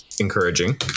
encouraging